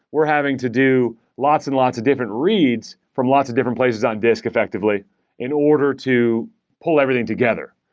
we're having to do lots and lots of different reads from lots of different places on disk effectively in order to pull everything together,